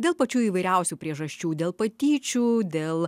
dėl pačių įvairiausių priežasčių dėl patyčių dėl